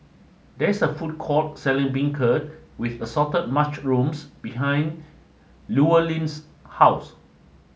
there is a food court selling beancurd with assorted mushrooms behind Llewellyn's house